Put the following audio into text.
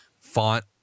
font